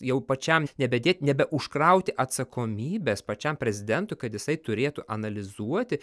jau pačiam nebedėt nebe užkrauti atsakomybės pačiam prezidentui kad jisai turėtų analizuoti